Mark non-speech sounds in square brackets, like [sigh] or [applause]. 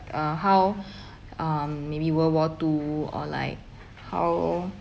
uh how [breath] um maybe world war two or like how